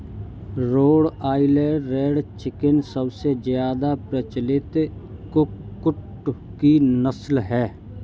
road Island Red chicken सबसे ज्यादा प्रचलित कुक्कुट की नस्ल है